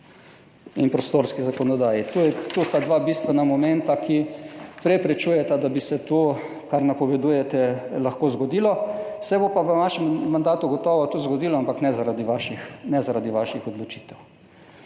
in prostorski zakonodaji. To sta dva bistvena momenta, ki preprečujeta, da bi se to, kar napovedujete, lahko zgodilo, se bo pa v vašem mandatu gotovo tudi zgodilo, ampak ne zaradi vaših odločitev.